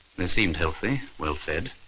they seemed healthy, well fed.